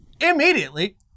immediately